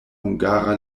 hungara